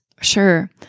Sure